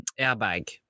airbag